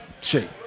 shape